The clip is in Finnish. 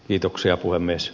kiitoksia puhemies